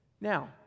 Now